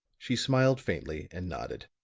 she smiled faintly, and nodded.